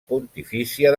pontifícia